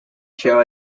show